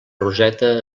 roseta